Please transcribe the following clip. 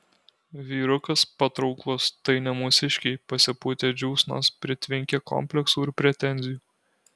vyrukas patrauklus tai ne mūsiškiai pasipūtę džiūsnos pritvinkę kompleksų ir pretenzijų